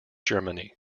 germany